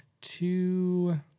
two